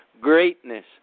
greatness